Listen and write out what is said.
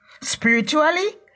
Spiritually